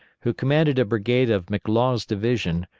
who commanded a brigade of mclaws' division,